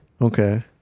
Okay